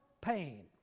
pain